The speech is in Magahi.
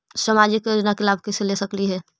सामाजिक योजना के लाभ कैसे ले सकली हे?